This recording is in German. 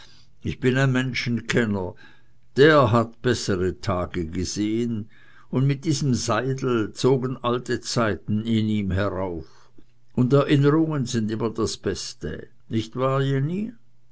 ich bin ein menschenkenner der hat bessere tage gesehen und mit diesem seidel zogen alte zeiten in ihm herauf und erinnerungen sind immer das beste nicht wahr jenny